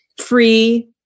free